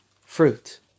fruit